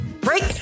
Break